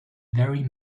very